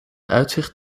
uitzicht